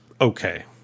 okay